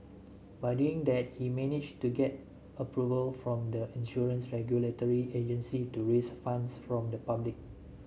by doing that he managed to get approval from the insurance regulatory agency to raise funds from the public